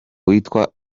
witwa